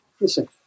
Listen